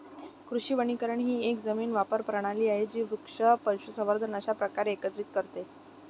कृषी वनीकरण ही एक जमीन वापर प्रणाली आहे जी वृक्ष, पशुसंवर्धन अशा प्रकारे एकत्रित करते